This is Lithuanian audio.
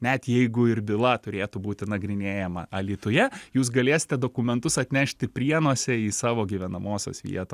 net jeigu ir byla turėtų būti nagrinėjama alytuje jūs galėsite dokumentus atnešti prienuose į savo gyvenamosios vieto